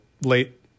late